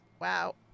Wow